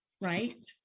right